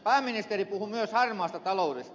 pääministeri puhui myös harmaasta taloudesta